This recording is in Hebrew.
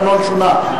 התקנון שונה,